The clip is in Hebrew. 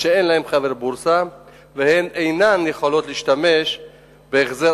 שאין להן חבר בורסה והן אינן יכולות להשתמש בהחזר